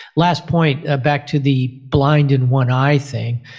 last point, ah back to the blinded one eye thing,